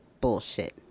Bullshit